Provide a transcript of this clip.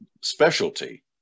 specialty